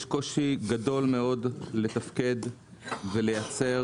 יש קושי גדול מאוד לתפקד ולייצר,